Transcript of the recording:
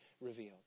revealed